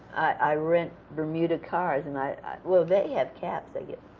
i rent bermuda cars, and i. well, they have caps, i guess,